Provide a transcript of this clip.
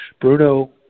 Bruno